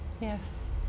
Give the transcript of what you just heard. Yes